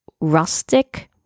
rustic